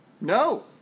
No